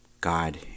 God